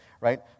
right